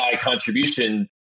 contribution